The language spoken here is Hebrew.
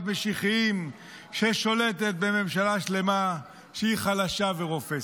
משיחיים ששולטת בממשלה שלמה שהיא חלשה ורופסת.